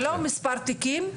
זה לא מספר תיקים.